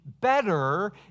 better